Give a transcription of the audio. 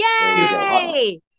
Yay